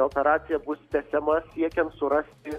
operacija bus tęsiama siekiant surasti